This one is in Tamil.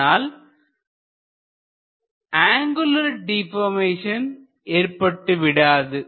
ஆனால் அங்குலர் டிபர்மேசன் ஏற்பட்டுவிடாது